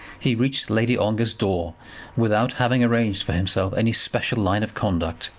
he reached lady ongar's door without having arranged for himself any special line of conduct.